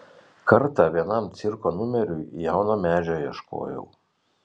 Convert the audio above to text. kartą vienam cirko numeriui jauno medžio ieškojau